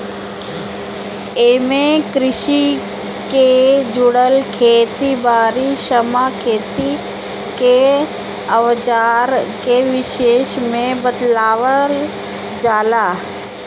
एमे कृषि के जुड़ल खेत बारी, श्रम, खेती के अवजार के विषय में बतावल जाला